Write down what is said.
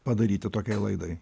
padaryti tokiai laidai